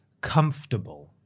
comfortable